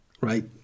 right